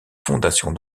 fondations